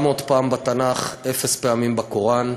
700 פעמים בתנ"ך, אפס פעמים בקוראן.